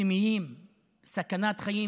הסברתי